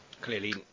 Clearly